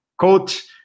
coach